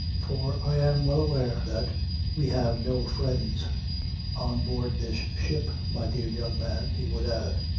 for i am well aware that we have no friends on board this ship, my dear young man, he would add,